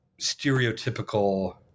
stereotypical